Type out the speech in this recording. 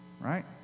right